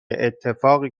اتفاقی